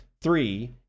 Three